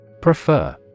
Prefer